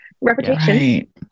reputation